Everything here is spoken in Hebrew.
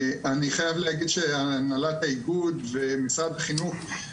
אני חייב להגיד שהנהלת האיגוד ומשרד החינוך,